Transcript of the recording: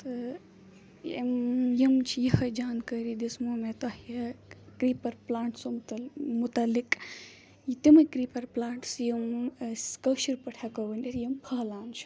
یِم چھِ یِہَے جانکٲری دِژمو مےٚ تۄہہِ کریٖپَر پٕلانٛٹسو مُتعلِق تِمٕے کریٖپَر پٕلانٛٹٕس یِم أسۍ کٲشِر پٲٹھۍ ہٮ۪کو ؤنِتھ یِم پھٔہلان چھِ